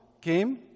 came